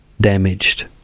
damaged